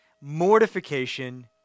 Mortification